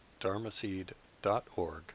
dharmaseed.org